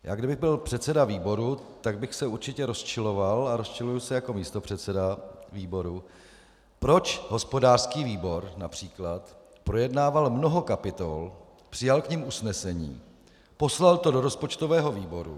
Já kdybych byl předsedou výboru, tak bych se určitě rozčiloval, a rozčiluji se jako místopředseda výboru, proč hospodářský výbor např. projednával mnoho kapitol, přijal k nim usnesení, poslal to do rozpočtového výboru...